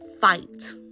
fight